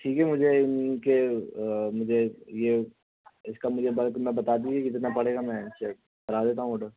ٹھیک ہے مجھے کے مجھے یہ اس کا مجھے بلک میں بتا دیجیے کتنا پڑے گا میں اسے کرا دیتا ہوں آرڈر